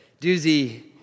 Doozy